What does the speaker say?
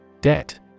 Debt